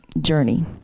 journey